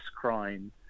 crime